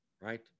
right